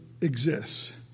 exists